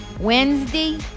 Wednesday